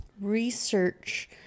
research